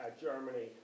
Germany